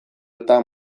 eta